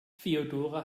feodora